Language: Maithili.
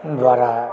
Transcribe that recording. द्वारा